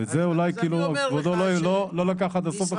ואת זה אולי כבודו לא לקח עד הסוף בחשבון.